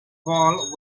fall